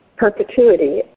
perpetuity